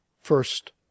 first